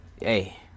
Hey